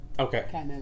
Okay